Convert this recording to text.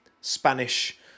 Spanish